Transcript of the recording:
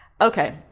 Okay